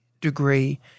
degree